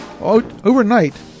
Overnight